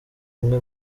umwe